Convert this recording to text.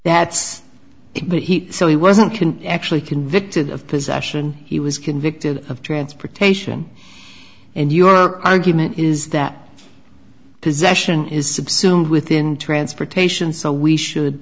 that's what he said he wasn't can actually convicted of possession he was convicted of transportation and your argument is that possession is obscene within transportation so we should